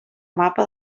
mapa